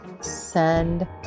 send